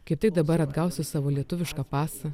kaip tik dabar atgausiu savo lietuvišką pasą